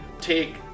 take